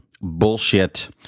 bullshit